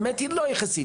והאמת היא לא יחסית.